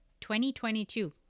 2022